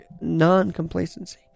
non-complacency